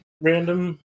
random